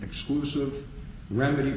exclusive remedy